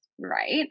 right